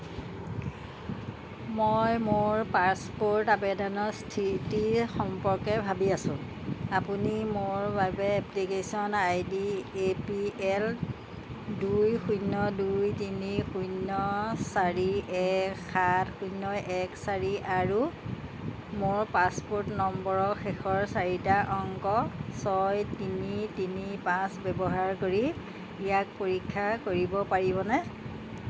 মই মোৰ পাছপোৰ্ট আবেদনৰ স্থিতি সম্পৰ্কে ভাবি আছোঁ আপুনি মোৰ বাবে application I D A P L দুই শূন্য দুই তিনি শূন্য চাৰি এক সাত শূন্য এক চাৰি আৰু মোৰ পাছপোৰ্ট নম্বৰৰ শেষৰ চাৰিটা অংক ছয় তিনি তিনি পাঁচ ব্যৱহাৰ কৰি ইয়াক পৰীক্ষা কৰিব পাৰিবনে